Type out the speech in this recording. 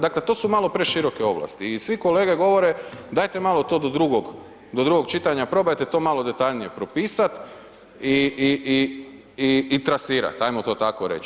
Dakle, to su malo preširoke ovlasti i svi kolege govore, dajte malo to do drugog čitanja, probajte to malo detaljnije propisat i trasirat, ajmo to tako reći.